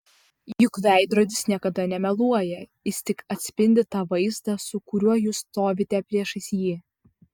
juk veidrodis niekada nemeluoja jis tik atspindi tą vaizdą su kuriuo jūs stovite priešais jį